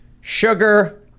sugar